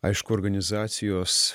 aišku organizacijos